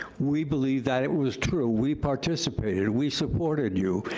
we believed that it was true, we participated, we supported you,